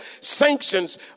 Sanctions